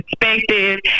perspective